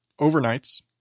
overnights